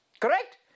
correct